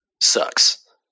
sucks